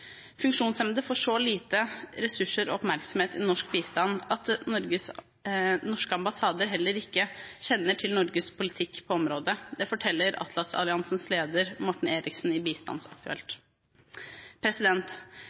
Funksjonshemmede får så lite ressurser og oppmerksomhet i norsk bistand at norske ambassader heller ikke kjenner til Norges politikk på området. Det forteller Atlas-alliansens leder, Morten Eriksen, til Bistandsaktuelt.